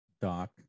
Doc